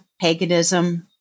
paganism